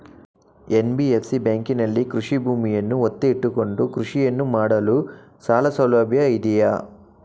NBFC ಬ್ಯಾಂಕಿನಲ್ಲಿ ಕೃಷಿ ಭೂಮಿಯನ್ನು ಒತ್ತೆ ಇಟ್ಟುಕೊಂಡು ಕೃಷಿಯನ್ನು ಮಾಡಲು ಸಾಲಸೌಲಭ್ಯ ಇದೆಯಾ?